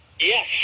Yes